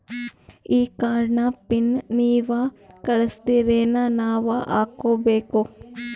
ಈ ಕಾರ್ಡ್ ನ ಪಿನ್ ನೀವ ಕಳಸ್ತಿರೇನ ನಾವಾ ಹಾಕ್ಕೊ ಬೇಕು?